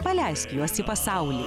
paleisk juos į pasaulį